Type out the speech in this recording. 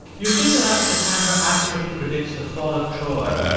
you'd think that after cassandra accurately predicts the fall of troy,